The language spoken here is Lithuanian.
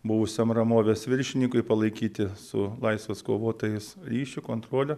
buvusiam ramovės viršininkui palaikyti su laisvės kovotojais ryšio kontrolę